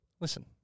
Listen